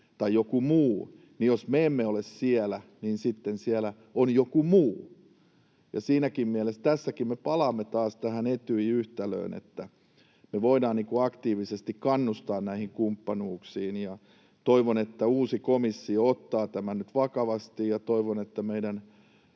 tai joku muu. Jos me emme ole siellä, niin sitten siellä on joku muu, ja siinäkin mielessä me tässäkin palaamme taas tähän Etyj-yhtälöön, että me voidaan aktiivisesti kannustaa näihin kumppanuuksiin. Toivon, että uusi komissio ottaa tämän nyt vakavasti, ja toivon, että meidän